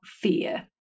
fear